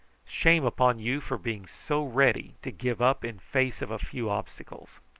shame upon you for being so ready to give up in face of a few obstacles!